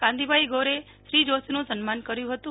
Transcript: કાંતીભાઈ ગોરે શ્રી જોશીનું સન્માન કર્યું હતું